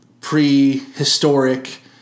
prehistoric